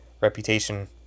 reputation